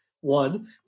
one